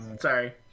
sorry